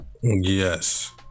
Yes